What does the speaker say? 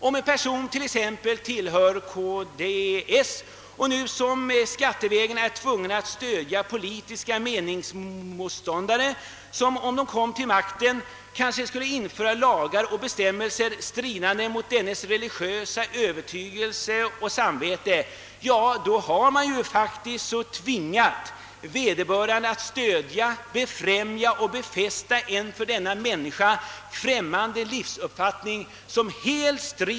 Om en person t.ex. tillhör KDS och såsom nu är fallet skattevägen tvingas stödja politiska meningsmotståndare som, om de kom till makten, kanske skulle införa lagar och bestäm melser stridande mot dennes religiösa övertygelse och samvete, då har man tvingat vederbörande stödja, befrämja och befästa en för denna människa främmande livsuppfattning.